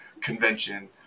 convention